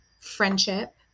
friendship